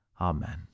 Amen